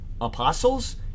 apostles